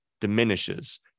diminishes